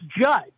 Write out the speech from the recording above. judge